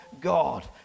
God